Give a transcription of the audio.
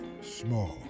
Small